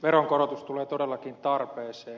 veronkorotus tulee todellakin tarpeeseen